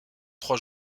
trois